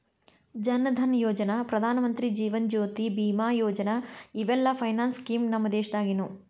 ಜನ್ ಧನಯೋಜನಾ, ಪ್ರಧಾನಮಂತ್ರಿ ಜೇವನ ಜ್ಯೋತಿ ಬಿಮಾ ಯೋಜನಾ ಇವೆಲ್ಲ ಫೈನಾನ್ಸ್ ಸ್ಕೇಮ್ ನಮ್ ದೇಶದಾಗಿನವು